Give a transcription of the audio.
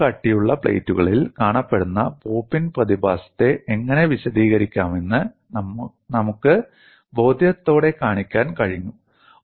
ഇടത്തരം കട്ടിയുള്ള പ്ലേറ്റുകളിൽ കാണപ്പെടുന്ന പോപ്പ് ഇൻ പ്രതിഭാസത്തെ എങ്ങനെ വിശദീകരിക്കാമെന്ന് നമുക്ക് ബോധ്യത്തോടെ കാണിക്കാൻ കഴിഞ്ഞു